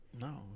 No